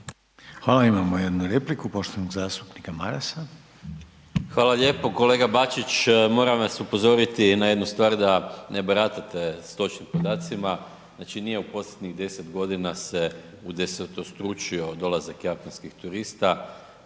Hvala. Imamo jednu repliku poštovanog zastupnika Marasa. **Maras, Gordan (SDP)** Hvala lijepo. Kolega Bačić, moram vas upozoriti na jednu stvar da ne baratate s točnim podacima. Znači nije u posljednjih 10 godina se udesetostručio dolazak Japanskih turista.